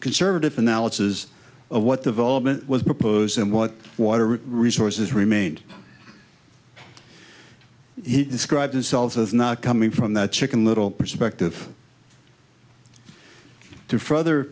conservative analysis of what development was proposed and what water resources remained he described themselves as not coming from that chicken little perspective to further